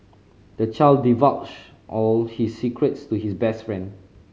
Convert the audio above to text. the child divulged all his secrets to his best friend